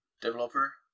developer